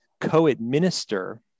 co-administer